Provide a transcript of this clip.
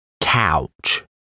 Couch